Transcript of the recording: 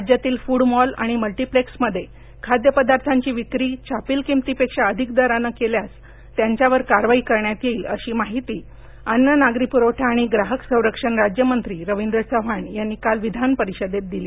राज्यातील फुडमॉल आणि मल्टिप्लेक्समध्ये खाद्य पदार्थांची विक्री छापील किमतीपेक्षा अधिक दराने केल्यास त्यांच्यावर कारवाई करण्यात येईल अशी माहिती अन्न नागरी पुरवठा आणि ग्राहक संरक्षण राज्यमंत्री रवींद्र चव्हाण यांनी काल विधानपरिषदेत दिली